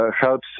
helps